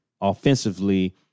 offensively